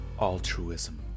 altruism